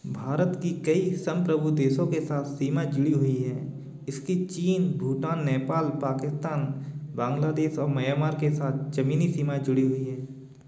भारत की कई संप्रभु देशों के साथ सीमा जुड़ी हुई हैं इसकी चीन भूटान नेपाल पाकिस्तान बांग्लादेश और म्यांमार के साथ जमीनी सीमाएँ जुड़ी हुई है